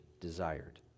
desired